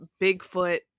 Bigfoot